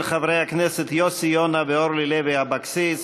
של חברי הכנסת יוסי יונה ואורלי לוי אבקסיס,